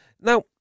Now